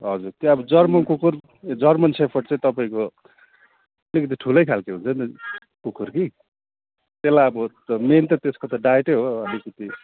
हजुर त्यो अब जर्मन कुकुर जर्मन सेफर्ड चाहिँ तपाईँको अलिकति ठुलै खालको हुन्छ नि त कुकुर कि त्यसलाई अब मेन त त्यसको त डाइटै हो अलिकति